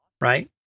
right